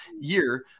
year